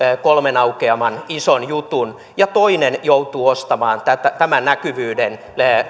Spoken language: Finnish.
kolmen aukeaman ison jutun ja toinen joutuu ostamaan tämän näkyvyyden